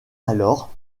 alors